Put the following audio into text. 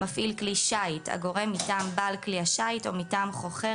"מפעיל כלי שיט" הגורם מטעם בעל כלי השיט או מטעם חוכר